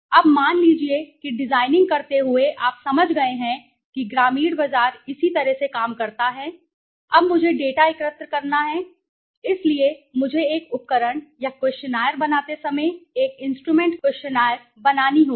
अब मान लीजिए कि डिजाइनिंग करते हुए आप समझ गए हैं कि ग्रामीण बाजार इसी तरह से काम करता है अब मुझे डेटा एकत्र करना है इसलिए मुझे एक उपकरण या क्वैशनरी बनाते समय एक इंस्ट्रूमेंट क्वैशनरी बनानी होगी